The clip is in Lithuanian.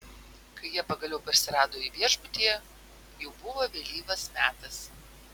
kai jie pagaliau parsirado į viešbutyje jau buvo vėlyvas metas